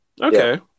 Okay